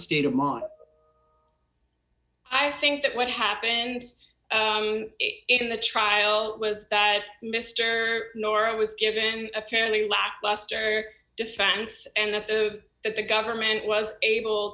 state of mind i think that what happened in the trial was that mr nora was given a fairly lackluster defense and that the that the government was able